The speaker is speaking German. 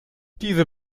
diese